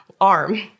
arm